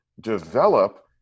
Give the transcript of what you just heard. develop